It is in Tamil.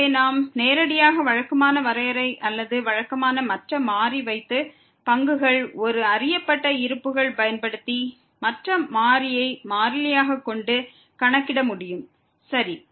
எனவே நாம் நேரடியாக வழக்கமான வரையறை அல்லது வழக்கமான மற்ற மாறி வைத்து பங்குகள் ஒரு அறியப்பட்ட இருப்புக்கள் பயன்படுத்தி மற்ற மாறியை மாறிலியாக கொண்டு கணக்கிட முடியும் சரி